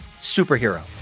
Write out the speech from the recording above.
superhero